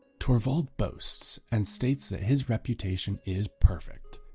torvald boasts and states that his reputation is perfect.